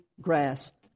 grasped